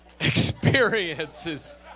experiences